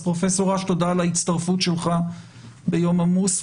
פרופ' אש, תודה על ההצטרפות שלך ביום עמוס.